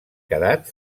quedat